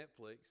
Netflix